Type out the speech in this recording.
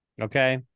Okay